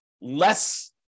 less